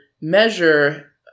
measure